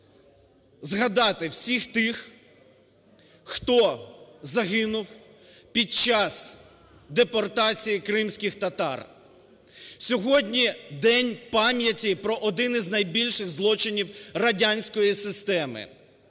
згадати всіх тих, хто загинув під час депортації кримських татар. Сьогодні день пам'яті про один із найбільших злочинів радянської системи.